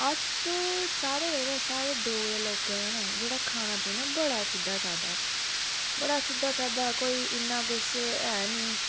अस साढ़े जरो साढ़े डोगरे लोकें न जेह्ड़ा खाना पीना बड़ा सिद्धा सादा बड़ा सिद्धा सादा कोई इन्ना किश ऐ निं